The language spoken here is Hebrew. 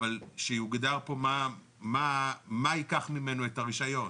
אבל שיוגדר פה מה ייקח ממנו את הרישיון.